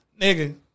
Nigga